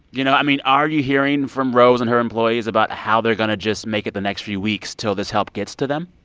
you know? i mean, are you hearing from rose and her employees about how they're going to just make it the next few weeks till this help gets to them?